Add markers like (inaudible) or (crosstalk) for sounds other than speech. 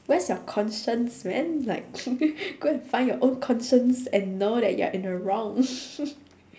where's your conscience man like (laughs) go and find your own conscience and know that you're in the wrong (noise)